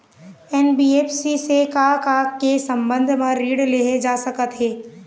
NBFC से का का के संबंध म ऋण लेहे जा सकत हे?